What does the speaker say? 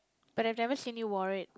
but I've never seen you wore it